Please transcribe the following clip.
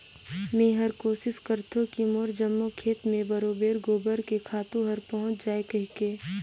मेहर कोसिस करथों की मोर जम्मो खेत मे बरोबेर गोबर के खातू हर पहुँच जाय कहिके